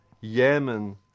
Yemen